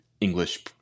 english